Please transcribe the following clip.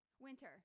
Winter